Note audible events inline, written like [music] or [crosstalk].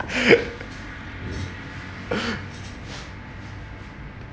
[laughs]